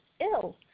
ill